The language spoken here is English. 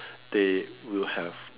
they will have